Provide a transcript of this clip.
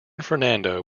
fernando